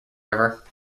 river